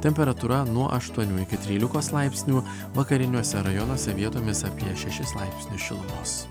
temperatūra nuo aštuonių iki trylikos laipsnių vakariniuose rajonuose vietomis apie šešis laipsnius šilumos